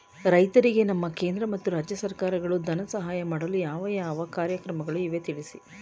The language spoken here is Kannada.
ರೈತರಿಗೆ ನಮ್ಮ ಕೇಂದ್ರ ಮತ್ತು ರಾಜ್ಯ ಸರ್ಕಾರಗಳು ಧನ ಸಹಾಯ ಮಾಡಲು ಯಾವ ಯಾವ ಕಾರ್ಯಕ್ರಮಗಳು ಇವೆ ತಿಳಿಸಿ?